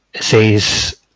says